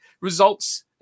results